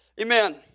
Amen